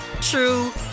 true